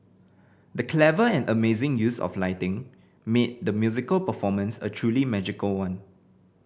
the clever and amazing use of lighting made the musical performance a truly magical one